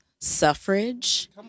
suffrage